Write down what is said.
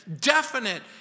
definite